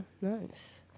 nice